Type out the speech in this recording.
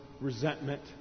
resentment